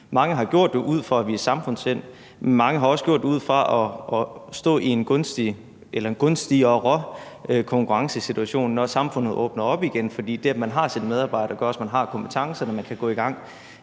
Mange har gjort det for at vise samfundssind, med mange har også gjort det for kunne stå i en gunstigere konkurrencesituation, når samfundet åbner op igen, for det, at man har sine medarbejdere, gør også, at man har kompetencerne og kan gå i gang